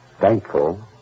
thankful